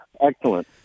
Excellent